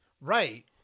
Right